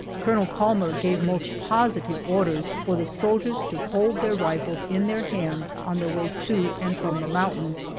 colonel palmer gave most positive orders for the soldiers to hold their rifles in their hands on their way to and from the mountains,